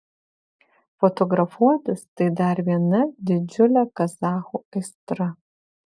fotografuotis tai dar viena didžiulė kazachų aistra